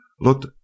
looked